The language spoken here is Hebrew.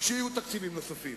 בוועדת הכספים,